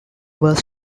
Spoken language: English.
was